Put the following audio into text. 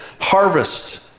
Harvest